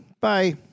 Bye